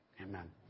Amen